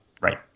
Right